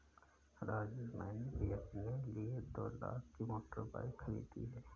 राजेश मैंने भी अपने लिए दो लाख की मोटर बाइक खरीदी है